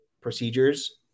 procedures